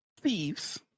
Thieves